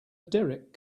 derek